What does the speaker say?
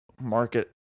market